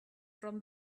from